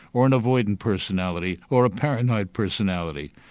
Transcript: or an avoidant personality, or a paranoid personality.